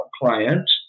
client